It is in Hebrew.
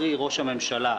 קרי ראש הממשלה,